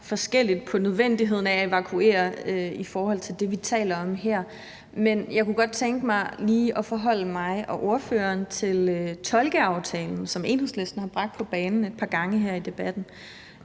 forskelligt på nødvendigheden af den evakuering, som vi taler om her. Jeg kunne godt tænke mig, at ordføreren forholder sig til den tolkeaftale, som Enhedslisten har bragt på banen et par gange her i debatten.